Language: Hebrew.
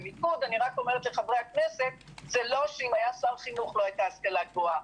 אני רק אומר לחברי הכנסת זה לא שאם היה שר חינוך לא הייתה השכלה גבוהה.